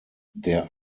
der